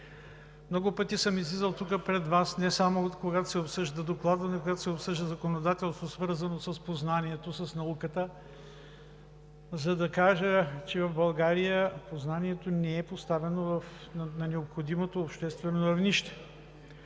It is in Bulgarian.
Много пъти съм излизал тук пред Вас, не само когато се обсъжда докладване, когато се обсъжда законодателство, свързано с познанието, с науката, за да кажа, че в България познанието не е поставено на необходимото обществено равнище.